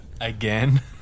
Again